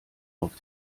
auf